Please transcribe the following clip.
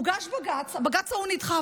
הוגש בג"ץ, הבג"ץ ההוא נדחה.